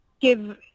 give